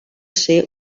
ser